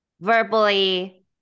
verbally